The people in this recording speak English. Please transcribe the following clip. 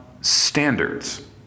standards